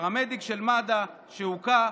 פרמדיק של מד"א שהוכה.